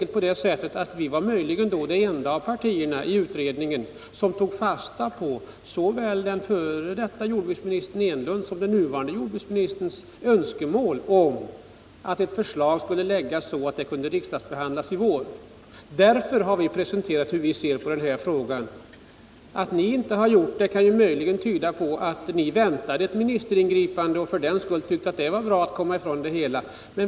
Tydligen var vi det enda parti i utredningen som tog fasta på såväl f. d. jordbruksministern Eric Enlunds, som nuvarande jordbruksministerns önskemål om att ett förslag skulle läggas fram så att det kunde riksdagsbehandlas i vår. Därför har vi presenterat vår syn på den här frågan. Att ni inte har gjort det kan möjligen tyda på att ni väntade ett ministeringripande och hoppades att ni därigenom skulle komma ifrån det hela.